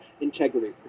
integrity